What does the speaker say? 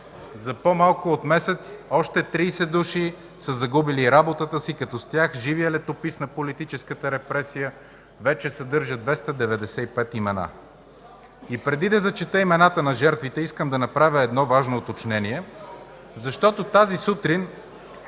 За по-малко от месец още 30 души са загубили работата си, като с тях живият летопис на политическата репресия вече съдържа 295 имена. И преди да зачета имената на жертвите, искам да направя едно важно уточнение, защото тази сутрин